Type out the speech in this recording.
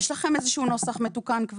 יש לכם נוסח מתוקן?